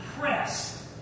press